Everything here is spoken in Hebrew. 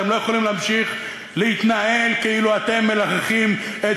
אתם לא יכולים להמשיך להתנהל כאילו אתם מלחכים את